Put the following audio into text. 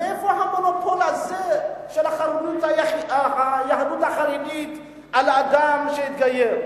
מאיפה המונופול הזה של היהדות החרדית על אדם שהתגייר.